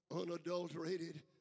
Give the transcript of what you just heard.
unadulterated